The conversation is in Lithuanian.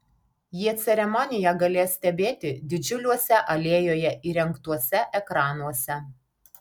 jie ceremoniją galės stebėti didžiuliuose alėjoje įrengtuose ekranuose